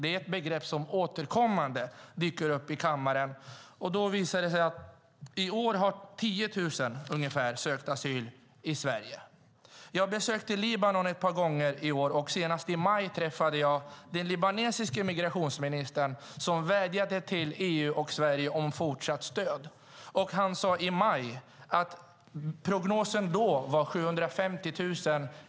Det är ett begrepp som återkommande dyker upp i kammaren. Det visar sig att i år har ungefär 10 000 sökt asyl i Sverige. Jag har besökt Libanon ett par gånger i år. Senast i maj träffade jag den libanesiske migrationsministern som vädjade till EU och Sverige om fortsatt stöd. Han sade i maj att prognosen då var 750 000 flyktingar.